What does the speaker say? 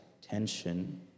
tension